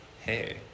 hey